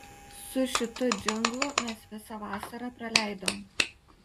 su šitu džinglu mes visą vasarą praleidom